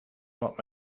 not